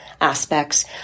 aspects